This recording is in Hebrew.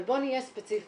אבל בואו נהיה ספציפיים.